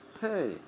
hey